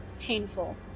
painful